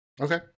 okay